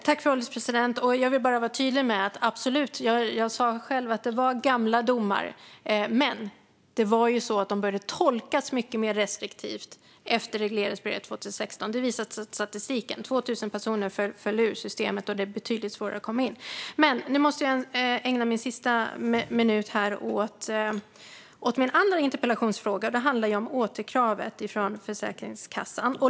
Fru ålderspresident! Jag sa själv att det var fråga om gamla domar, men de började tolkas mer restriktivt efter regleringsbrevet från 2016. Det visar statistiken. 2 000 personer föll ur systemet, och det blev betydligt svårare att komma in. Låt mig ägna min sista minut åt min andra interpellationsfråga, nämligen återkravet från Försäkringskassan.